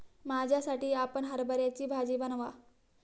माझ्यासाठी आपण हरभऱ्याची भाजी बनवा